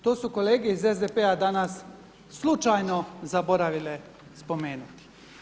To su kolege iz SDP-a danas slučajno zaboravile spomenuti.